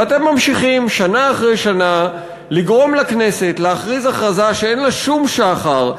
ואתם ממשיכים שנה אחרי שנה לגרום לכנסת להכריז הכרזה שאין לה שום שחר,